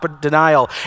denial